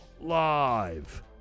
live